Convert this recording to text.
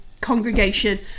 congregation